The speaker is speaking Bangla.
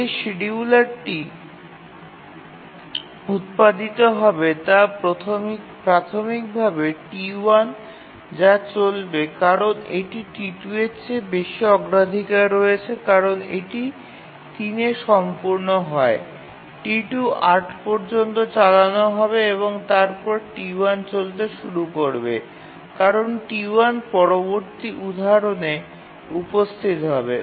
যে শিডিয়ুলটি উত্পাদিত হবে তা প্রাথমিকভাবে T1 যা চলবে কারণ এটি T2 এর চেয়ে বেশি অগ্রাধিকার রয়েছে কারণ এটি ৩ এ সম্পূর্ণ হয় T2 ৮ পর্যন্ত চালানো হবে এবং তারপরে T1 চলতে শুরু করবে কারণ T1পরবর্তী উদাহরণে উপস্থিত হবে